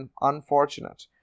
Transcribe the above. unfortunate